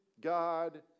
God